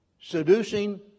Seducing